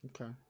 Okay